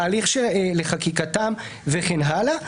מה ההליך לחקיקתם וכן הלאה.